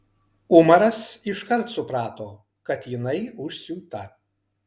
umaras iškart suprato kad jinai užsiūta